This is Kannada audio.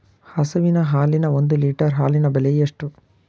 ಹಸುವಿನ ಹಾಲಿನ ಒಂದು ಲೀಟರ್ ಹಾಲಿನ ಬೆಲೆ ಎಷ್ಟು?